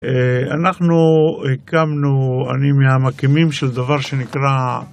אנחנו הקמנו, אני מהמקימים של דבר שנקרא..